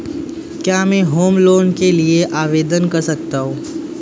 क्या मैं home loan के लिए आवेदन कर सकता हूं?